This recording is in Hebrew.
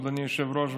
אדוני היושב-ראש,